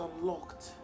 unlocked